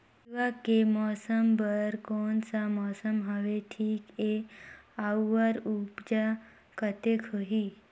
हिरवा के फसल बर कोन सा मौसम हवे ठीक हे अउर ऊपज कतेक होही?